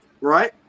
right